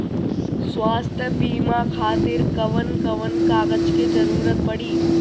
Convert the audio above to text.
स्वास्थ्य बीमा खातिर कवन कवन कागज के जरुरत पड़ी?